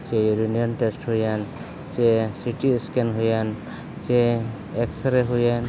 test ᱦᱩᱭᱮᱢ ᱥᱮ CT scan ᱦᱩᱭᱮᱱ ᱥᱮ ᱮᱠᱥᱥᱮᱨᱮᱹ ᱦᱩᱭᱮᱱ